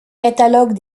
catalogues